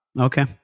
Okay